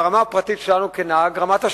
ברמה הפרטנית שלנו כנהגים, רמת השירות,